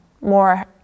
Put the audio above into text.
more